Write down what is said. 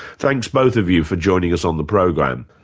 thanks both of you, for joining us on the program.